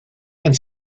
and